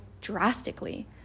drastically